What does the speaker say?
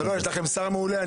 יש לכם שר מעולה.